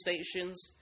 stations